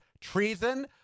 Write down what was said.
treason